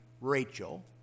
Rachel